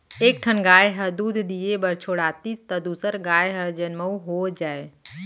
एक ठन गाय ह दूद दिये बर छोड़ातिस त दूसर गाय हर जनमउ हो जाए